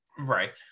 right